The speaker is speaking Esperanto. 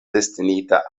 destinita